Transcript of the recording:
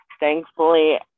Thankfully